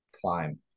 climb